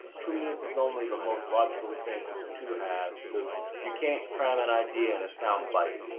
two minutes is only the most logical thing to have because you can't crowd an idea in a sound bite.